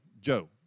Joe